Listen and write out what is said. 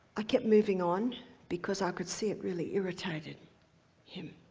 i kept moving on because i could see it really irritated him.